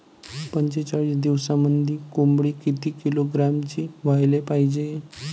पंचेचाळीस दिवसामंदी कोंबडी किती किलोग्रॅमची व्हायले पाहीजे?